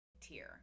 tier